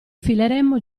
fileremo